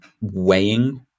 weighing